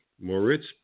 Moritz